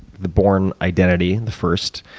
the bourne identity and the first,